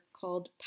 called